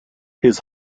his